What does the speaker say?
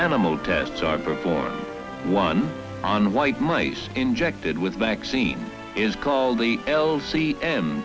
animal tests are performed one on white mice injected with vaccine is called the l c m